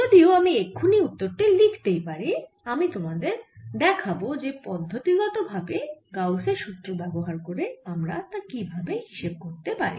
যদিও আমি এক্ষুনি উত্তর টি লিখতেই পারি আমি তোমাদের দেখাব যে পদ্ধতিগতভাবে গাউসের সুত্র ব্যবহার করে আমরা তা কি করে হিসেব করতে পারি